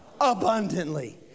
Abundantly